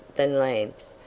than lamps,